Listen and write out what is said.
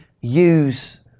use